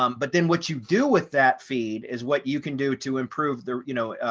um but then what you do with that feed is what you can do to improve their you know,